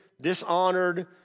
dishonored